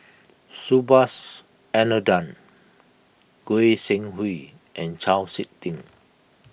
Subhas Anandan Goi Seng Hui and Chau Sik Ting